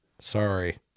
Sorry